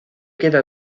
queda